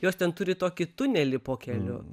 jos ten turi tokį tunelį po keliu